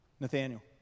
Nathaniel